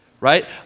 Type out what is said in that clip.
right